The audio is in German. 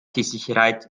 sicherheit